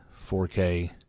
4k